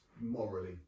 morally